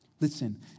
Listen